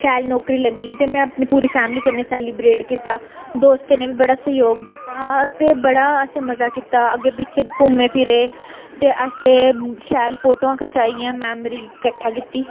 शैल नौकरी लग्गी गेई ते में अपनी पूरी फैमली कन्नै सैलीब्रेट कीता दोस्तें ने बड़ा बी सैह्योग दित्ता हा ते बड़ा असें मज़ा कीता अग्गें पिच्छें घूमे फिरे ते असें शैल फोटोआं खचाइयां मैमरी कट्ठा कीता